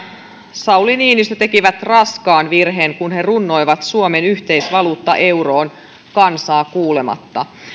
sauli niinistö tekivät raskaan virheen kun he runnoivat suomen yhteisvaluutta euroon kansaa kuulematta